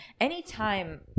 Anytime